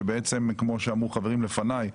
שכמו שאמרו חברים לפני,